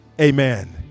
Amen